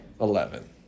Eleven